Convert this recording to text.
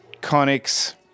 Conics